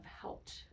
helped